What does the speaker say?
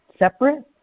separate